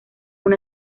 una